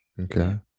okay